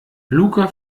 luca